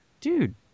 dude